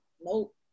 Nope